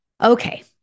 Okay